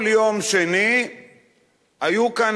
כל יום שני היו כאן